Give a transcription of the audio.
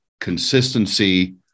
consistency